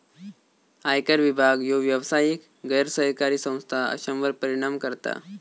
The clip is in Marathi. आयकर विभाग ह्यो व्यावसायिक, गैर सरकारी संस्था अश्यांवर परिणाम करता